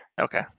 Okay